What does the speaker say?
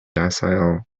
docile